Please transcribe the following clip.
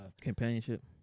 companionship